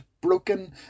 broken